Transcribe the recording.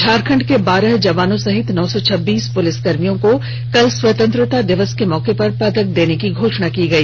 झारखंड के बारह जवानों सहित नौ सौ छब्बीस पुलिस कर्मियों को कल स्वतंत्रता दिवस के मौके पर पदक देने की घोशणा की गई